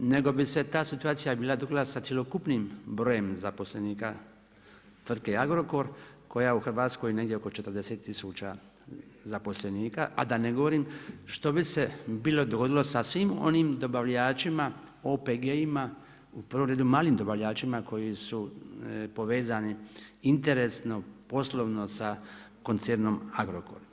Nego bi se ta situacija bila … sa cjelokupnim brojem zaposlenika tvrtke Agrokor koji ima u Hrvatskoj negdje oko 40 tisuća zaposlenika a da ne govorim što bi se bilo dogodilo sa svim onim dobavljačima, OPG-ima, u prvom redu malim dobavljačima koji su povezani interesno, poslovno sa koncernom Agrokor.